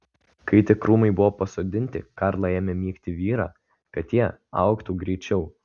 kai tik krūmai buvo pasodinti karla ėmė mygti vyrą kad tie augtų greičiau